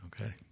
Okay